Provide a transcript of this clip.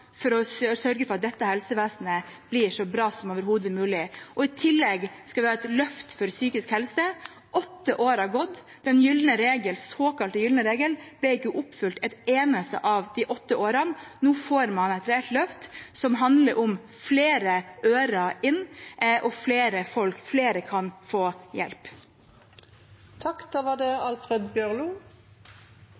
for å sørge for at dette helsevesenet blir så bra som overhodet mulig, og i tillegg skal vi ha et løft for psykisk helse. Åtte år har gått. Den såkalte gylne regel ble ikke oppfylt et eneste av de åtte årene. Nå får man et reelt løft, som handler om flere ører inn, og flere kan få hjelp. Representanten Myrseth sa i sitt førre innlegg – det